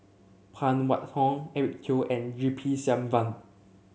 Phan Wait Hong Eric Teo and G P Selvam